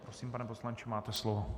Prosím, pane poslanče, máte slovo.